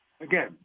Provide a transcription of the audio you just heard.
again